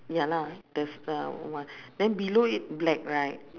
ya lah there's uh then below it black right